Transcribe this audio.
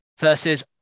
versus